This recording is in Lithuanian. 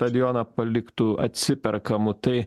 jis atsipirks stadioną paliktų atsiperkama tai